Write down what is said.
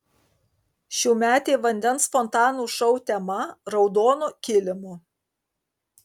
šiųmetė vandens fontanų šou tema raudonu kilimu